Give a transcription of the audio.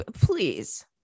Please